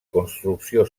construcció